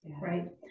right